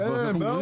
זה כבר עבר.